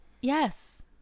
Yes